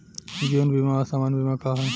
जीवन बीमा आ सामान्य बीमा का ह?